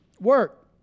work